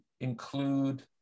include